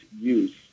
use